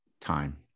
time